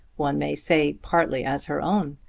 one may say, partly as her own!